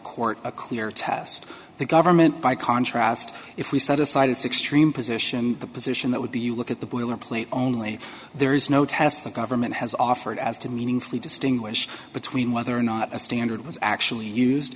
court a clear test the government by contrast if we set aside its extreme position the position that would be you look at the boilerplate only there is no test the government has offered as to meaningfully distinguish between whether or not a standard was actually used